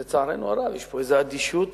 ולצערנו הרב, יש פה איזו אדישות